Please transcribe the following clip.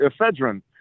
ephedrine